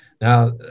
Now